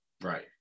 Right